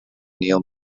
neil